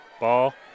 Ball